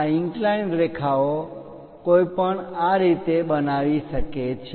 આ ઇન્ક્લાઈન્ડ રેખા ઓ કોઈપણ આ રીતે બનાવી શકે છે